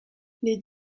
les